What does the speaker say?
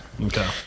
okay